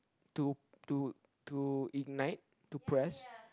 to to to ignite to press